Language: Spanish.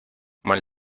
mal